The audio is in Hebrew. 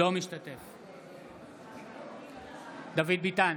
אינו משתתף בהצבעה דוד ביטן,